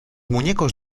muñecos